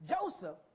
Joseph